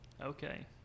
Okay